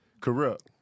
Corrupt